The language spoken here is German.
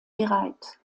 bereit